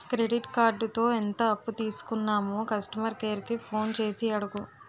credit కార్డుతో ఎంత అప్పు తీసుకున్నామో కస్టమర్ కేర్ కి ఫోన్ చేసి అడుగు